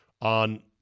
on